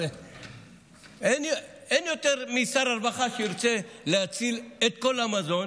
הרי אין יותר משר הרווחה שירצה להציל את כל המזון